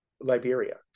Liberia